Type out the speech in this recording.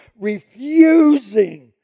refusing